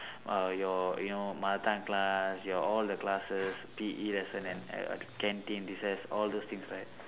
uh your you know mother tongue class your all the classes P_E lesson and uh canteen recess all those things right